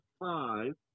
five